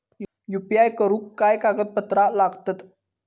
UPI करुक काय कागदपत्रा लागतत?